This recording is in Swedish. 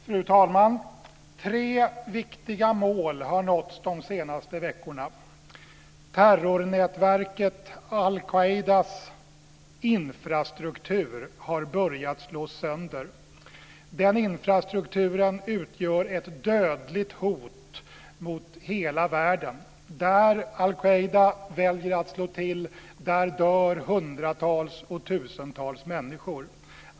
Fru talman! Tre viktiga mål har nåtts de senaste veckorna. För det första har terrornätverket al-Qaidas infrastruktur börjat slås sönder. Den infrastrukturen utgör ett dödligt hot mot hela världen. Där al-Qaida väljer att slå till, där dör hundratals och tusentals människor.